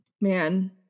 man